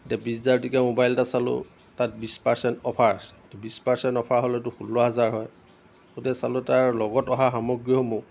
এতিয়া বিছ হাজাৰ টকীয়া মোবাইল এটা চালোঁ তাত বিছ পাৰ্চেন্ট অফাৰ আছে এতিয়া বিছ পাৰ্চেন্ট অফাৰ হ'লেটো ষোল্ল হাজাৰ হয় গতিকে চালোঁ তাৰ লগত অহা সামগ্ৰীসমূহ